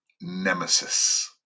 nemesis